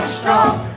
strong